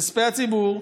מכספי הציבור,